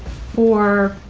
for?